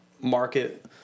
market